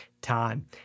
time